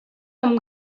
amb